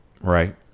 right